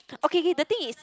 okay okay the thing is